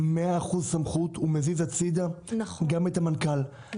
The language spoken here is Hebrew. הוא מזיז הצידה גם את המנכ"ל,